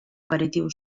aperitiu